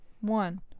One